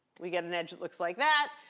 we get an edge that looks like that.